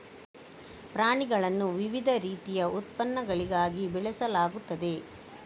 ಪ್ರಾಣಿಗಳನ್ನು ವಿವಿಧ ರೀತಿಯ ಉತ್ಪನ್ನಗಳಿಗಾಗಿ ಬೆಳೆಸಲಾಗುತ್ತದೆ